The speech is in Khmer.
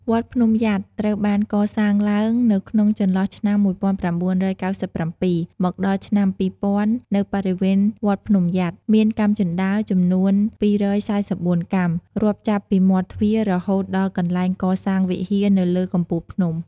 វត្តភ្នំយ៉ាត ត្រូវបានកសាងឡើងនៅក្នុងចន្លោះឆ្នាំ១៩៩៧ មកដល់ឆ្នាំ២០០០ នៅបរិវេនវត្តភ្នំយ៉ាត មានកាំជណ្តើរចំនួន២៤៤កាំ រាប់ចាប់ពីមាត់ទ្វាររហូតដល់កនែ្លងកសាងវិហារនៅលើកំពូលភ្នំ។